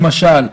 למשל,